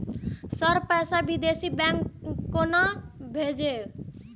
Sir पैसा विदेशी bank में केना भेजबे?